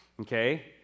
Okay